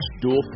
dual